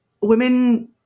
women